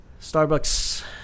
Starbucks